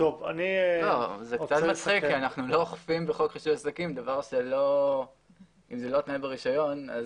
זה קצת מצחיק כי אנחנו עוסקים בחוק רישוי עסקים ואם זה לא תנאי ברישיון,